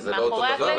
זה לא אותו דבר?